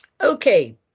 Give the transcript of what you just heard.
Okay